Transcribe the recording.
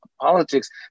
politics